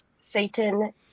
Satan